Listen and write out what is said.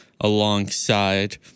alongside